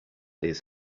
his